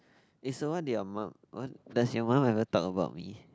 is the one that your mum want does your mum ever talk about me